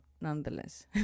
nonetheless